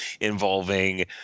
involving